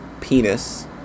penis